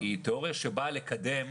שבאה לקדם